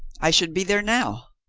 i should be there now.